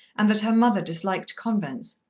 and that her mother disliked convents,